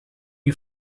you